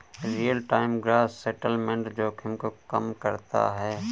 real time gross settlement जोखिम को कम करता है